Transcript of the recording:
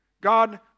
God